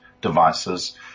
devices